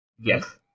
Yes